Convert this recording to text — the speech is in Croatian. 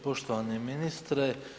Poštovani ministre.